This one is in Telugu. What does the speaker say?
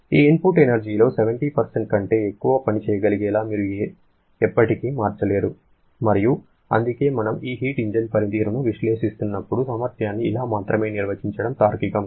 ఈ ఇన్పుట్ ఎనర్జీలో 70 కంటే ఎక్కువ పని చేయగలిగేలా మీరు ఎప్పటికీ మార్చలేరు మరియు అందుకే మనము ఈ హీట్ ఇంజిన్ పనితీరును విశ్లేషిస్తున్నప్పుడు సామర్థ్యాన్ని ఇలా మాత్రమే నిర్వచించడం తార్కికం కాదు